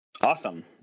Awesome